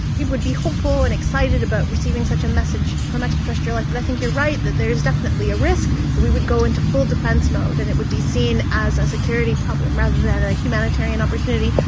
people would be hopeful and excited about receiving such a message from extraterrestrial life. but i think you're right, that there is definitely a risk that we would go into full defence mode and it would be seen as a security problem rather than a humanitarian opportunity.